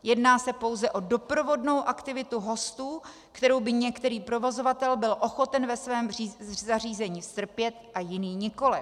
Jedná se pouze o doprovodnou aktivitu hostů, kterou by některý provozovatel byl ochoten ve svém zařízení strpět a jiný nikoliv.